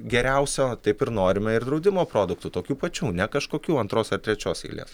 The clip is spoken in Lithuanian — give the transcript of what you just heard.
geriausio taip ir norime ir draudimo produktų tokių pačių ne kažkokių antros ar trečios eilės